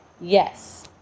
yes